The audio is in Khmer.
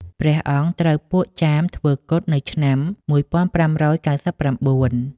ព្រះអង្គត្រូវពួកចាមធ្វើគុតនៅឆ្នាំ ១៥៩៩។